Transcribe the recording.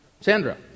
Sandra